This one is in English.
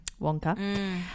Wonka